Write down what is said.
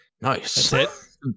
Nice